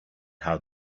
how